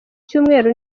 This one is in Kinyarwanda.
cyumweru